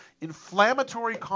inflammatory